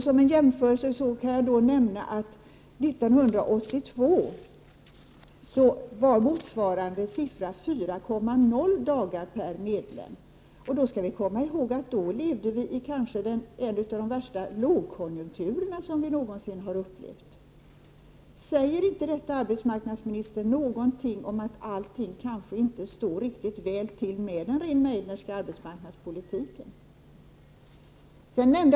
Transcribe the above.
Som en jämförelse kan jag nämna att 1982 var motsvarande siffra 4,0 dagar per medlem. Vi skall komma ihåg att vi då levde i en av de kanske värsta lågkonjunkturer vi någonsin har upplevt. Säger inte detta arbetsmarknadsministern att allting kanske inte står väl till med den Rehn-Meidnerska arbetsmarknadspolitiken?